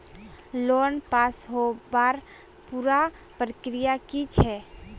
Loan पास होबार पुरा प्रक्रिया की छे?